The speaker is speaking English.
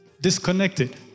disconnected